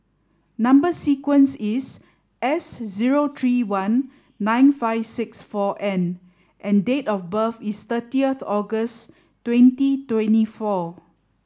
number sequence is S zero three one nine five six four N and date of birth is thirtieth August twenty twenty four